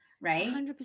Right